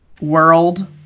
world